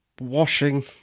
washing